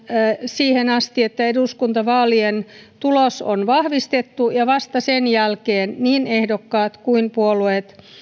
siihen asti että eduskuntavaalien tulos on vahvistettu ja vasta sen jälkeen niin ehdokkaat kuin puolueet